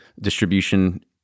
distribution